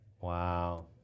Wow